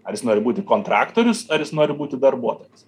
ar jis nori būti kontraktorius ar jis nori būti darbuotojas